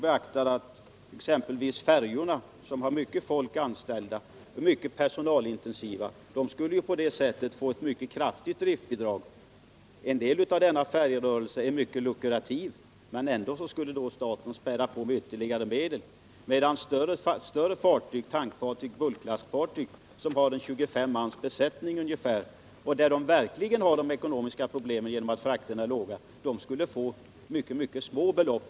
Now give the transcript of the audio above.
Exempelvis färjorna som är mycket personalintensiva skulle på det sättet få ett mycket kraftigt driftbidrag. En del av färjerörelsen är mycket lukrativ, men ändå skulle då staten späda på med ytterligare medel. Större fartyg som tankfartyg och bulklastfartyg, som kanske har 25 mans besättning och som verkligen har ekonomiska problem på grund av att frakterna är låga, skulle få mycket små bidrag.